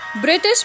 British